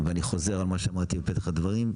ואני חוזר על מה שאמרתי בפתח הדברים הדברים,